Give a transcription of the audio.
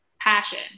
passion